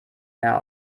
der